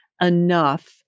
enough